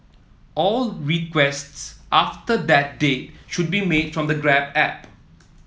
all requests after that date should be made from the Grab app